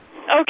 Okay